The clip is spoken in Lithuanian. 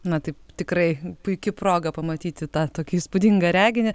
na tai tikrai puiki proga pamatyti tą įspūdingą reginį